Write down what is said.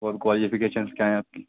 اور کوالیفکیشنس کیا ہیں آپ کی